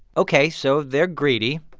ok, so they're greedy.